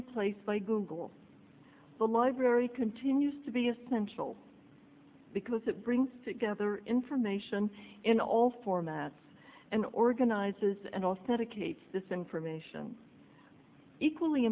replaced by google the library continues to be essential because it brings together information in all formats and organizes and authenticate this information equally